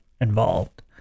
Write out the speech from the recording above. involved